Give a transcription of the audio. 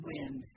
Wind